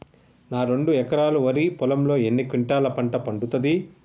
నా రెండు ఎకరాల వరి పొలంలో ఎన్ని క్వింటాలా పంట పండుతది?